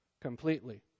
completely